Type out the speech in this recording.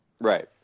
Right